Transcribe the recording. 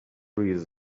reason